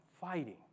fighting